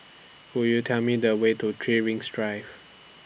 Could YOU Tell Me The Way to three Rings Drive